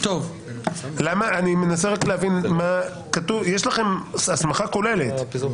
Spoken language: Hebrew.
אני רוצה להגיד הערה על כל הפרק,